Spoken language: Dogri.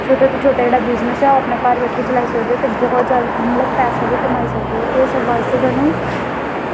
छोटा तो छोटा जेह्ड़ा बिज़नस ऐ घर बैठे दे चलाई सकदे ओ ते बौह्त जादा मतलब पैसा बी कमाई सकदे ओ इस बास्तै थुआनू